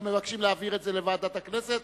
או שהם מבקשים להעביר את זה לוועדת הכנסת,